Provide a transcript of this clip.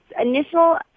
initial